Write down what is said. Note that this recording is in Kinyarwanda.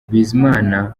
bizimana